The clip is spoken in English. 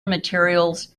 materials